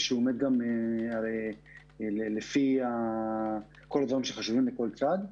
ושעומד גם לפי כל הדברים שחשובים לכול צד.